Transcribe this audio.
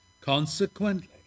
Consequently